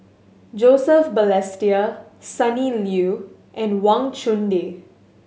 Joseph Balestier Sonny Liew and Wang Chunde